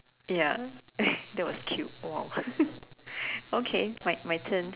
ya that was cute !wow! okay my my turn